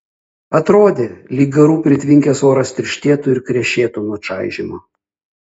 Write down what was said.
atrodė lyg garų pritvinkęs oras tirštėtų ir krešėtų nuo čaižymo